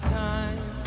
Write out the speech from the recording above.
time